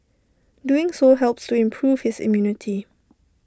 doing so helps to improve his immunity